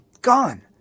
gone